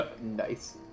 Nice